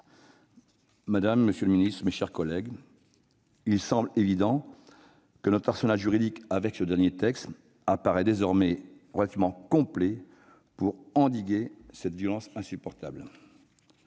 madame la ministre, mes chers collègues, il semble évident que notre arsenal juridique, avec ce dernier texte, apparaît désormais relativement complet pour endiguer cette violence insupportable.